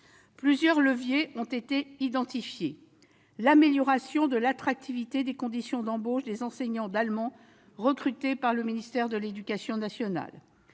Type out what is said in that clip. Plusieurs leviers ont été identifiés : l'amélioration de l'attractivité des conditions d'embauche des enseignants d'allemand recrutés par le ministère de l'éducation nationale